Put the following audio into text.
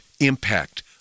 impact